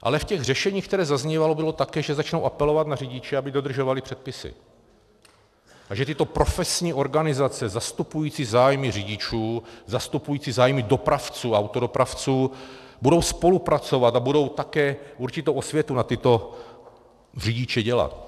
Ale v těch řešeních, která zaznívala, bylo také, že začnou apelovat na řidiče, aby dodržovali předpisy, a že tyto profesní organizace zastupující zájmy řidičů, zastupující zájmy dopravců a autodopravců budou spolupracovat a budou také určitou osvětu na tyto řidiče dělat.